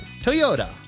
Toyota